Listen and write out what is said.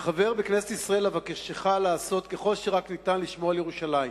כחבר בכנסת ישראל אבקשך לעשות ככל שרק ניתן לשמור על ירושלים.